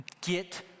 Get